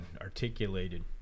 articulated